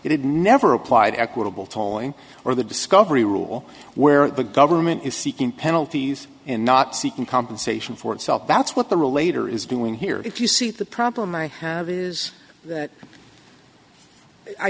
had never applied equitable tolling or the discovery rule where the government is seeking penalties and not seeking compensation for itself that's what the relator is doing here if you see the problem i have is that i